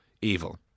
evil